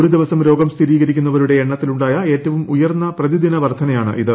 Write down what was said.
ഒരു ദിവസം രോഗം സ്ഥിരീകരിക്കുന്നവരുടെ എണ്ണത്തിലുണ്ടായ ഏറ്റവും ഉയർന്ന പ്രതിദിന വർധനയാണിത്